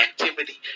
activity